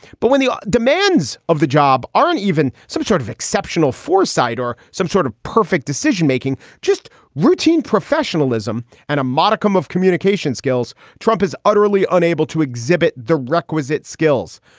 but when the demands of the job aren't even some sort of exceptional foresight or some sort of perfect decision making, just routine professionalism and a modicum of communication skills, trump is utterly unable to exhibit the requisite skills.